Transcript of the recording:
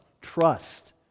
trust